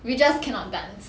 we just cannot dance